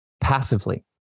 passively